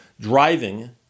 driving